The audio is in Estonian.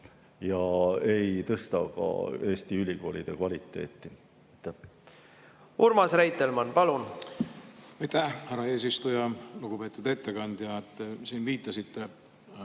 ega tõsta ka Eesti ülikoolide kvaliteeti. Urmas Reitelmann, palun! Aitäh, härra eesistuja! Lugupeetud ettekandja! Te viitasite